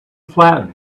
flattened